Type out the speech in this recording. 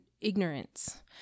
ignorance